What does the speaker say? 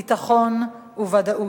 ביטחון וודאות.